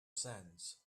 sands